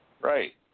Right